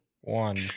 one